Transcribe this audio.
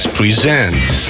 presents